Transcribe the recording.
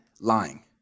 lying